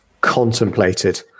contemplated